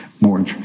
more